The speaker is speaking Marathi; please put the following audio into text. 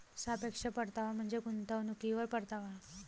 सापेक्ष परतावा म्हणजे गुंतवणुकीवर परतावा